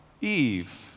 Eve